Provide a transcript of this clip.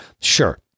Sure